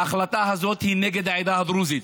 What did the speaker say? ההחלטה הזאת היא נגד העדה הדרוזית,